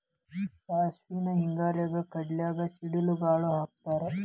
ಸಾಸ್ಮಿನ ಹಿಂಗಾರಿ ಕಡ್ಲ್ಯಾಗ ಸಿಡಿಗಾಳ ಹಾಕತಾರ